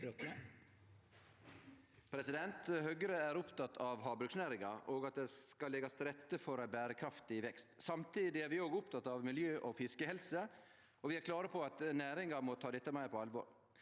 Høgre er opptekne av havbruksnæringa, og at det skal leggjast til rette for ein berekraftig vekst. Samtidig er vi òg opptekne av miljø og fiskehelse, og vi er klare på at næringa må ta dette meir på alvor.